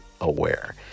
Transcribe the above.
aware